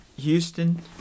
Houston